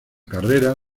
carrera